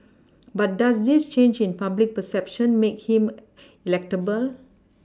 but does this change in public perception make him electable